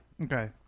Okay